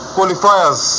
Qualifiers